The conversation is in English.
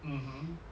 mmhmm